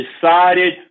decided